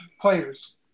players